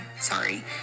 Sorry